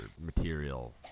Material